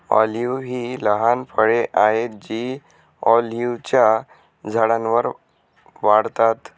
olive ही लहान फळे आहेत जी ऑलिव्हच्या झाडांवर वाढतात